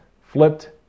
flipped